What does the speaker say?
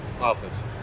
Office